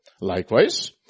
likewise